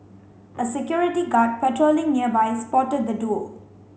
a security guard patrolling nearby spotted the duo